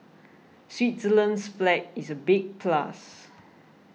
Switzerland's flag is a big plus